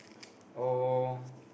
oh